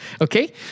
Okay